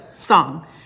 song